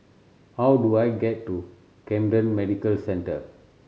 how do I get to Camden Medical Centre